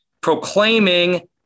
proclaiming